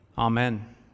Amen